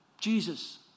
Jesus